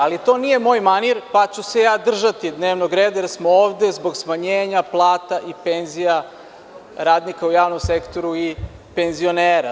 Ali, to nije moj manir, pa ću se ja držati dnevnog reda, jer smo ovde zbog smanjenja plata i penzija radnika u javnom sektoru i penzionera.